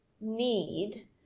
need